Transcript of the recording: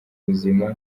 buzima